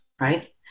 right